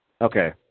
Okay